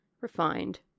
refined